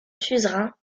suzerain